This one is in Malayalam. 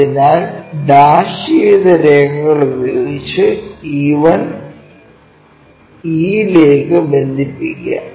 അതിനാൽ ഡാഷ് ചെയ്ത രേഖകൾ ഉപയോഗിച്ച് E 1 E 'ലേക്ക് ബന്ധിപ്പിക്കുക